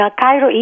Cairo